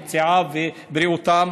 בריאותם,